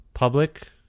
public